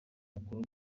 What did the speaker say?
mukuru